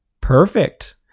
Perfect